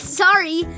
sorry